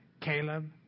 Caleb